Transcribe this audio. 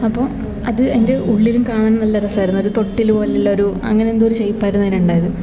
അപ്പം അത് എൻ്റെ ഉള്ളിലും കാണാൻ നല്ല രസമായിരുന്നു ഒരു തൊട്ടിൽ പോലുള്ളൊരു അങ്ങനെ എന്തോ ഒരു ഷേയ്പ്പായിരുന്നു അതിന് ഉണ്ടായത്